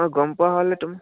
অঁ গম পোৱা হ'লে তুমি